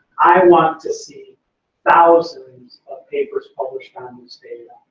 i want to see thousands of papers published on this data.